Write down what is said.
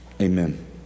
Amen